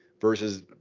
versus